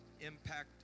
impact